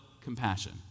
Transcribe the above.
compassion